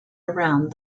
around